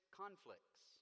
conflicts